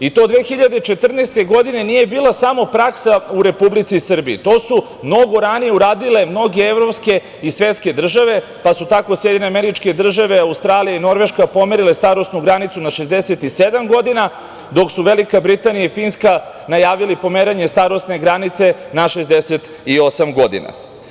I to 2014. godine nije bila samo praksa u Republici Srbiji, to su mnogo ranije uradile mnoge evropske i svetske države, pa su tako SAD, Australija i Norveška pomerile starosnu granicu na 67 godina, dok su Velika Britanija i Finska najavile pomeranje starosne granice na 68 godina.